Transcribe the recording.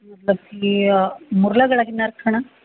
ਮਤਲਬ ਕਿ ਆਹ ਮੋਹਰਲਾ ਗਲਾ ਕਿੰਨਾ ਰੱਖਣਾ